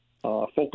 focus